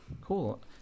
cool